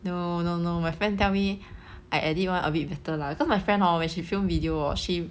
no no no my friend tell me I edit one a bit better lah cause my friend hor when she film video hor she